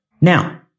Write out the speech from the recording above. Now